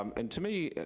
um and to me,